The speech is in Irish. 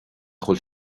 bhfuil